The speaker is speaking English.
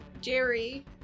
Jerry